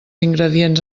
ingredients